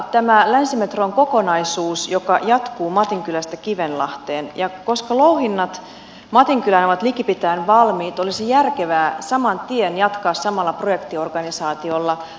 tämä länsimetron kokonaisuus jatkuu matinkylästä kivenlahteen ja koska louhinnat matinkylään ovat likipitäen valmiit olisi järkevää saman tien jatkaa louhintoja samalla projektiorganisaatiolla